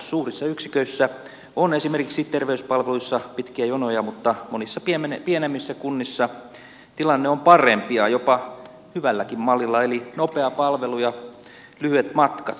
suurissa yksiköissä on esimerkiksi terveyspalveluissa pitkiä jonoja mutta monissa pienemmissä kunnissa tilanne on parempi ja jopa hyvälläkin mallilla eli nopea palvelu ja lyhyet matkat